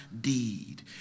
deed